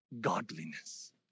godliness